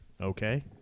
Okay